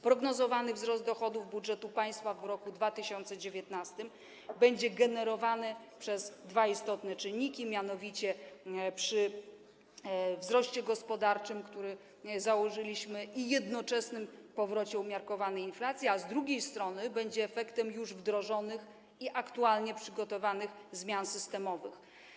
Prognozowany wzrost dochodów budżetu państwa w roku 2019 będzie generowany przez dwa istotne czynniki, mianowicie przy wzroście gospodarczym, który założyliśmy, i jednoczesnym powrocie umiarkowanej inflacji, a z drugiej strony będzie efektem już wdrożonych i aktualnie przygotowanych zmian systemowych.